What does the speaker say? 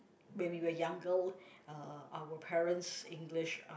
when we were younger uh our parents' English are